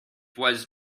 was